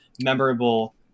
memorable